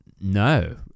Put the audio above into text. No